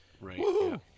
Right